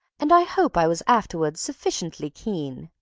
and i hope i was afterwards sufficiently keen.